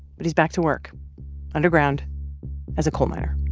but he's back to work underground as a coal miner